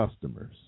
customers